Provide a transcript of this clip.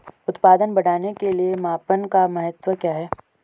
उत्पादन बढ़ाने के मापन का महत्व क्या है?